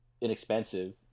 inexpensive